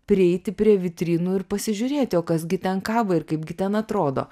prieiti prie vitrinų ir pasižiūrėti o kas gi ten kaba ir kaip gi ten atrodo